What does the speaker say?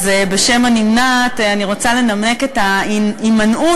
בשם הנמנעת אני רוצה לנמק את ההימנעות,